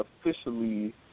Officially